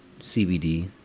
CBD